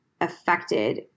affected